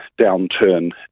downturn